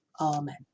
Amen